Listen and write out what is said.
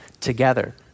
together